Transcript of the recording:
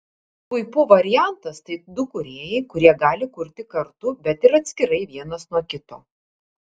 puipų variantas tai du kūrėjai kurie gali kurti kartu bet ir atskirai vienas nuo kito